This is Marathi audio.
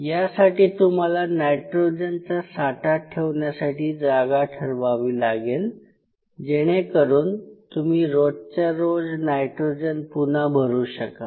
यासाठी तुम्हाला नायट्रोजनचा साठा ठेवण्यासाठी जागा ठरवावी लागेल जेणेकरून तुम्ही रोजच्या रोज नायट्रोजन पुन्हा भरू शकाल